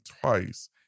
twice